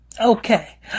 Okay